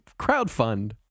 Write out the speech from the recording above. crowdfund